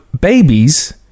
babies